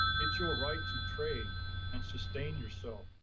it's your right to trade and sustain yourself.